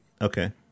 Okay